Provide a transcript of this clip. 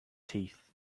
teeth